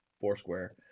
foursquare